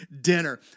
dinner